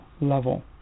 level